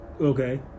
Okay